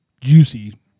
juicy